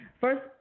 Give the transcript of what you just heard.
First